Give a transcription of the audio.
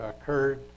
occurred